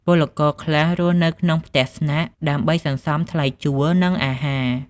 ពលករខ្លះរស់នៅក្នុងផ្ទះស្នាក់ដើម្បីសន្សំលើថ្លៃជួល និងអាហារ។